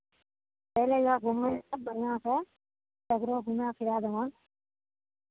चलि अइअह घूमबै सभ बढ़िआँसँ सगरो घुमा फिरा देहनि